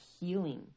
healing